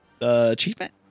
achievement